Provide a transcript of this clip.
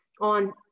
on